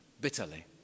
bitterly